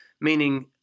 meaning